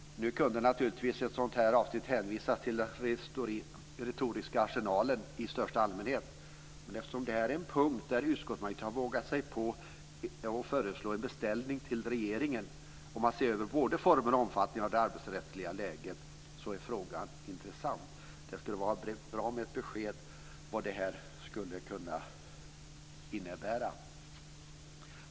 Nu kunde naturligtvis ett sådant här avsnitt hänvisas till den retoriska arsenalen i största allmänhet. Men eftersom det här är en punkt där utskottsmajoriteten har vågat sig på att föreslå en beställning till regeringen om att se över både former och omfattning av det arbetsrättsliga läget är frågan intressant. Det skulle vara bra med ett besked om vad det här skulle kunna innebära.